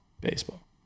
baseball